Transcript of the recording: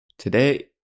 Today